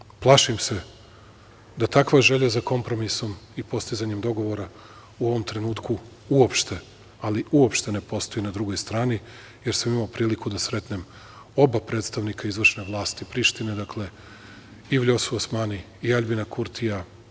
Plašim se, plašim se da takva želja za kompromisom i postizanjem dogovora u ovom trenutku uopšte, ali uopšte, ne postoji na drugoj strani, jer sam imao priliku da sretnem oba predstavnika izvršne vlasti Prištine, dakle i Vljosu Osmani i Aljbina Kurtija.